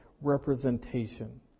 representation